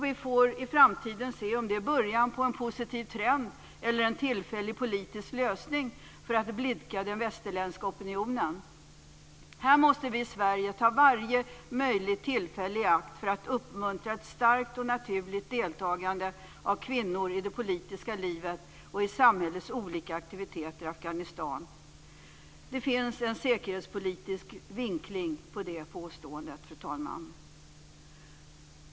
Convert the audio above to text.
I framtiden får vi se om det är början på en positiv trend eller en tillfällig politisk lösning för att blidka den västerländska opinionen. Här måste vi i Sverige ta varje möjligt tillfälle i akt för att uppmuntra ett starkt och naturligt deltagande av kvinnor i det politiska livet och i samhällets olika aktiviteter i Afghanistan. Det finns en säkerhetspolitisk vinkling på det påståendet, fru talman.